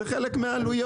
זה חלק מהעלויות.